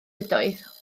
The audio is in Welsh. ydoedd